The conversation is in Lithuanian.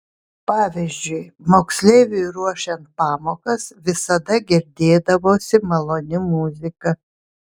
pavyzdžiui moksleiviui ruošiant pamokas visada girdėdavosi maloni muzika